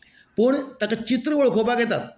पूण ताका चित्र वळखपाक येता